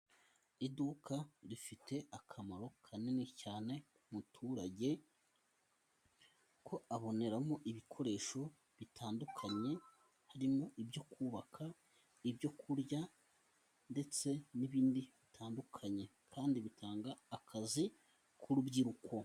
Iduka rifite akamaro kanini cyane ku muturage, kuko aboneramo ibikoresho bitandukanye harimo ibyo kubaka, ibyo kurya ndetse n'ibindi bitandukanye, kandi bitanga akazi ku rubyiruko.